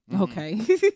Okay